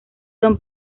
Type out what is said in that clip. son